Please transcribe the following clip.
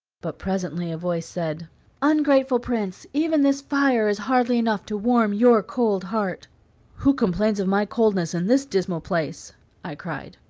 but presently a voice said ungrateful prince, even this fire is hardly enough to warm your cold heart who complains of my coldness in this dismal place i cried.